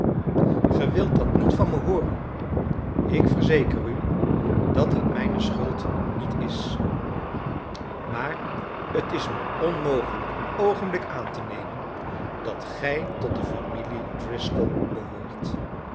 ge wilt dat niet van me hooren ik verzeker u dat het mijne schuld niet is maar t is me onmogelijk een oogenblik aan te nemen dat gij tot de familie driscoll behoort